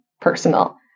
personal